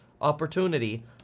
opportunity